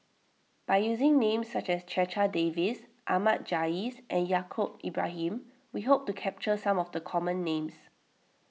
by using names such as Checha Davies Ahmad Jais and Yaacob Ibrahim we hope to capture some of the common names